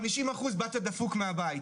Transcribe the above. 50 אחוז באת דפוק מהבית,